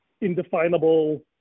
indefinable